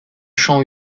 chat